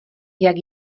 jak